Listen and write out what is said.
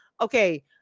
Okay